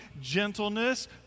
gentleness